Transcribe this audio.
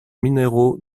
minéraux